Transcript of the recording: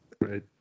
Right